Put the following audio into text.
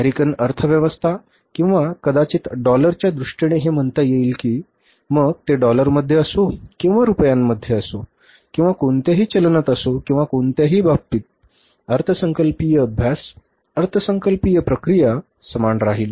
American अर्थव्यवस्था किंवा कदाचित डॉलरच्या दृष्टीने हे म्हणता येईल की मग ते डॉलर मध्ये असो किंवा रुपया मध्ये असो किंवा कोणत्याही चलनात असो किंवा कोणत्याही बाबतीत अर्थसंकल्पीय अभ्यास अर्थसंकल्पीय प्रक्रिया समान राहील